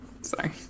Sorry